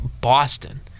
Boston